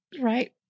right